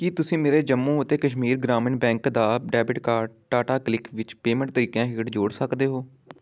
ਕੀ ਤੁਸੀਂਂ ਮੇਰੇ ਜੰਮੂ ਅਤੇ ਕਸ਼ਮੀਰ ਗ੍ਰਾਮੀਣ ਬੈਂਕ ਦਾ ਡੈਬਿਟ ਕਾਰਡ ਟਾਟਾ ਕਲਿੱਕ ਵਿੱਚ ਪੇਮੈਂਟ ਤਰੀਕਿਆਂ ਹੇਠ ਜੋੜ ਸਕਦੇ ਹੋ